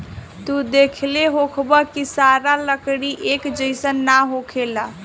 तू देखले होखबऽ की सारा लकड़ी एक जइसन ना होखेला